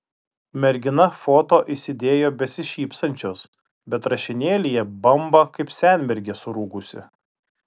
mergina foto įsidėjo besišypsančios bet rašinėlyje bamba kaip senmergė surūgusi